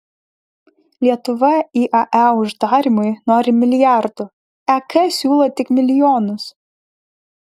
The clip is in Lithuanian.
lietuva iae uždarymui nori milijardų ek siūlo tik milijonus